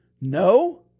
no